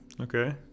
Okay